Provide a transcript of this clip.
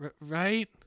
Right